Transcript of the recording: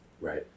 Right